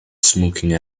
smoking